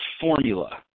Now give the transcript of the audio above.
formula